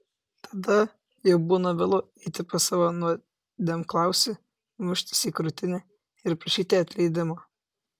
tada jau būna vėlu eiti pas savo nuodėmklausį muštis į krūtinę ir prašyti atleidimo